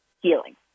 healing